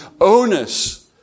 onus